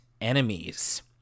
Enemies